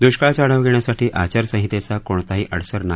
दुष्काळाचा आढावा घेण्यासाठी आचारसंहितेचा कोणताही अडसर नाही